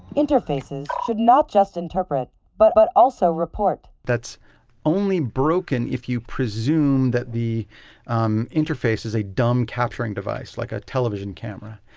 interfaces should not just interpret but but also report that's only broken if you presume that the um interface is a dumb capturing device like a television camera.